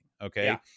okay